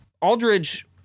aldridge